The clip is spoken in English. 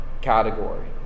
category